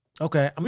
Okay